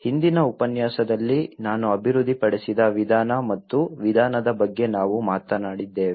ಹಿಂದಿನ ಉಪನ್ಯಾಸದಲ್ಲಿ ನಾನು ಅಭಿವೃದ್ಧಿಪಡಿಸಿದ ವಿಧಾನ ಮತ್ತು ವಿಧಾನದ ಬಗ್ಗೆ ನಾವು ಮಾತನಾಡಿದ್ದೇವೆ